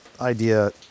idea